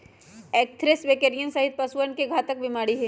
anthrax बकरियन सहित पशुअन के घातक बीमारी हई